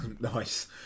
nice